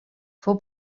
fou